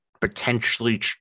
potentially